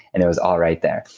and it was all right there.